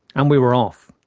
and we were off.